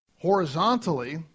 Horizontally